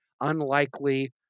unlikely